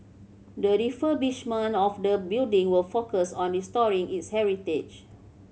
the refurbishment of the building will focus on restoring its heritage